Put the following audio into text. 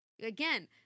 Again